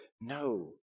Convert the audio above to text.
no